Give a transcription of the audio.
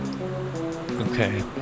Okay